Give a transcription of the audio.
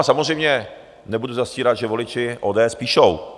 Samozřejmě nebudu zastírat, že voliči ODS píšou.